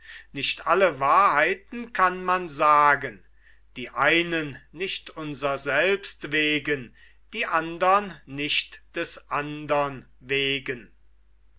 nicht alle wahrheiten kann man sagen die einen nicht unser selbst wegen die andern nicht des andern wegen